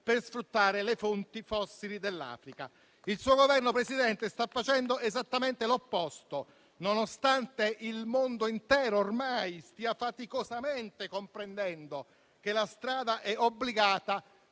per sfruttare le fonti fossili dell'Africa. Il suo Governo, signora Presidente del Consiglio, sta facendo esattamente l'opposto, nonostante il mondo intero ormai stia faticosamente comprendendo che la strada è obbligata,